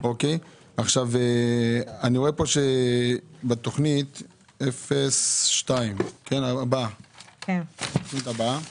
אני רואה פה בתוכנית 2, התוכנית הבאה